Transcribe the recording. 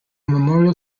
memorial